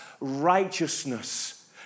righteousness